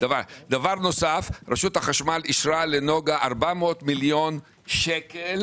דבר נוסף, רשות החשמל אישרה לנגה 400 מיליון שקל